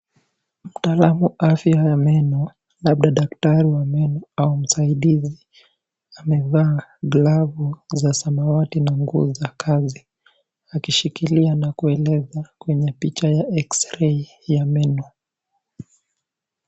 Muktadha au afya ya meno labda daktari wa meno au msaidizi. Amevaa glavu za samawati na nguo za kazi akishikilia na kueleza kwenye picha ya x-ray ya meno.